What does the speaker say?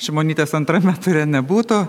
šimonytės antrame ture nebūtų